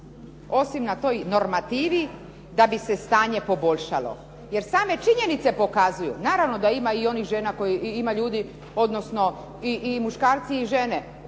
osim na toj normativi da bi se stanje poboljšalo jer same činjenice pokazuju, naravno da ima i onih žena i ima ljudi, odnosno i muškarci i žene